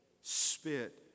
spit